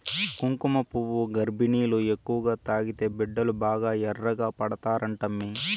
కుంకుమపువ్వు గర్భిణీలు ఎక్కువగా తాగితే బిడ్డలు బాగా ఎర్రగా పడతారంటమ్మీ